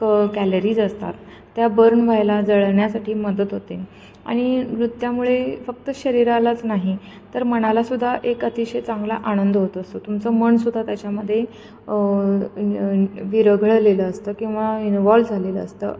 क कॅलरीज असतात त्या बर्न व्हायला जळवण्यासाठी मदत होते आणि नृत्यामुळे फक्त शरीरालाच नाही तर मनालासुद्धा एक अतिशय चांगला आनंद होत असतो तुमचं मनसुद्धा त्याच्यामध्येविरघळलेलं असतं किंवा इन्वॉल्व झालेलं असतं